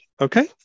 Okay